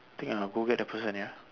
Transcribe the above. think I'll go get the person ya